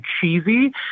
cheesy